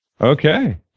Okay